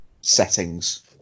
settings